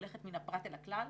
הולכת מן הפרט אל הכלל,